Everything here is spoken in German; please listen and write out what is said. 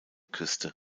küste